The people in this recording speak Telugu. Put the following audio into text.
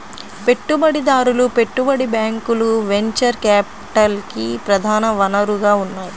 పెట్టుబడిదారులు, పెట్టుబడి బ్యాంకులు వెంచర్ క్యాపిటల్కి ప్రధాన వనరుగా ఉన్నాయి